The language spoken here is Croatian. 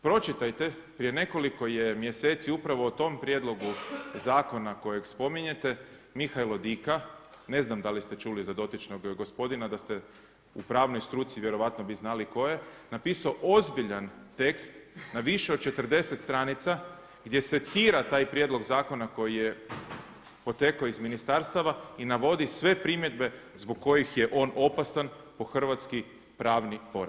Pročitajte prije nekoliko je mjeseci upravo o tom prijedlogu zakona kojeg spominjete Mihajlo Dika ne znam da li ste čuli za dotičnog gospodina da ste u pravnoj struci vjerojatno bi znali ko je, napisao ozbiljan tekst na više od 40 stranica gdje secira taj prijedlog zakona koji je potekao iz ministarstava i navodi sve primjedbe zbog kojih je on opasan po hrvatski pravni poredak.